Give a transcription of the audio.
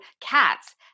cats